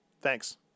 Thanks